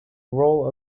role